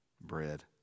bread